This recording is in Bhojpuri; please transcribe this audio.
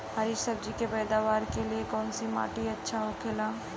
हरी सब्जी के पैदावार के लिए कौन सी मिट्टी अच्छा होखेला?